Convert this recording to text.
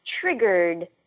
triggered